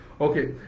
Okay